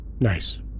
Nice